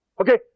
Okay